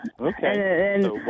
Okay